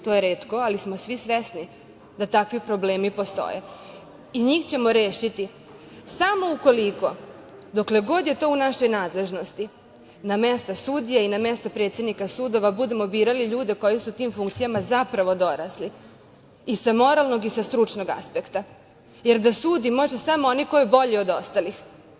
To je retko, ali smo svi svesni da takvi problemi postoje i njih ćemo rešiti samo ukoliko, dokle god je to u našoj nadležnosti, na mesta sudija i na mesta predsednika sudova budemo birali ljudi koji su tim funkcijama zapravo dorasli i sa moralnog i sa stručnog apsekta, jer da sudi može samo onaj ko je bolji od ostalih.